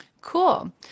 Cool